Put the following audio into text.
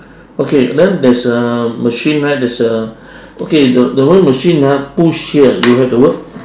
okay then there's a machine right there's a okay the the one machine ah push here you have the word